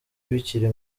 bikiri